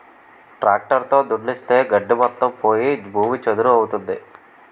tractor తో దున్నిస్తే గడ్డి మొత్తం పోయి భూమి చదును అవుతుంది